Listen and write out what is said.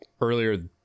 earlier